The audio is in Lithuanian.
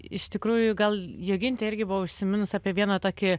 iš tikrųjų gal jogintė irgi buvo užsiminus apie vieną tokį